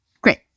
great